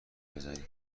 بزنی